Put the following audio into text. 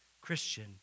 Christian